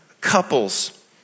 couples